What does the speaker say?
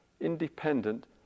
independent